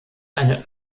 eine